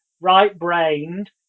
right-brained